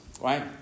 Right